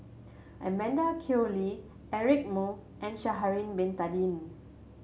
Amanda Koe Lee Eric Moo and Sha'ari Bin Tadin